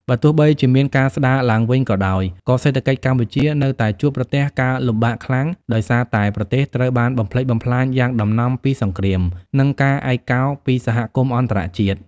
បើទោះបីជាមានការស្ដារឡើងវិញក៏ដោយ ក៏សេដ្ឋកិច្ចកម្ពុជានៅតែជួបប្រទះការលំបាកខ្លាំង ដោយសារតែប្រទេសត្រូវបានបំផ្លិចបំផ្លាញយ៉ាងដំណំពីសង្គ្រាម និងការឯកោពីសហគមន៍អន្តរជាតិ។